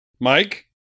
Mike